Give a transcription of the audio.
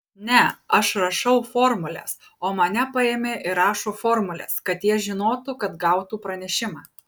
ne aš rašau formules o mane paėmė ir rašo formules kad jie žinotų kad gautų pranešimą